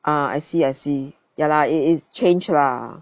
ah I see I see ya lah it is change lah